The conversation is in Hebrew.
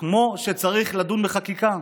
כמו שצריך לדון בחקיקה.